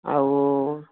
ଆଉ